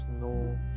no